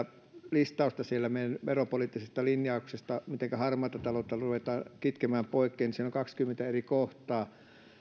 listausta meidän veropoliittisesta linjauksestamme sitä mitenkä harmaata taloutta ruvetaan kitkemään poikkeen siinä on kaksikymmentä eri kohtaa